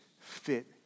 fit